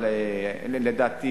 אבל לדעתי